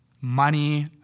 money